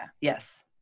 Yes